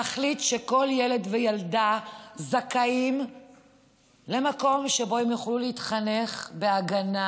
להחליט שכל ילד וילדה זכאים למקום שבו הם יוכלו להתחנך בהגנה,